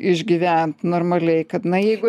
išgyvent normaliai kad na jeigu